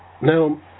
Now